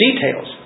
details